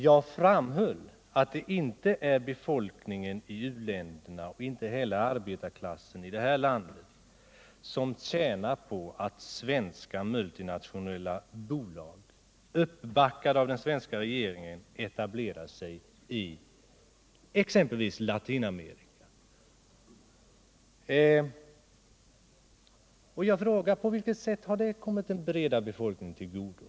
Jag framhöll att det inte är befolkningsmajoriteten i u-länderna och inte heller arbetarklassen i det här landet som tjänar på att svenska multinationella bolag, uppbackade av den svenska regeringen, etablerar sig i exempelvis Latinamerika. Jag frågar: På vilket sätt har detta kommit den breda befolkningen till godo?